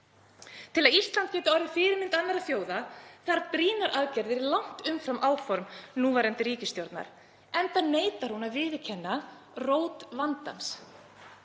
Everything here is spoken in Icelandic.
Til að Ísland geti orðið fyrirmynd annarra þjóða þarf brýnar aðgerðir, langt umfram áform núverandi ríkisstjórnar, enda neitar hún að viðurkenna rót vandans,